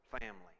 family